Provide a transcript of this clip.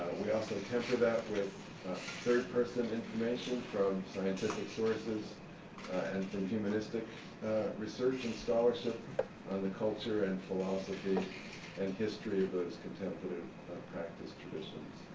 we also temper that with third-person information from scientific sources and from humanistic research and scholarship on the culture and philosophy and history of those contemplative practice traditions.